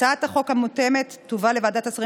הצעת החוק המתואמת תובא לוועדת השרים